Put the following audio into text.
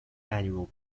annual